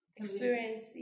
experience